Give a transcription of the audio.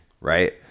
right